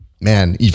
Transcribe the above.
man